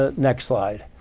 ah next slide.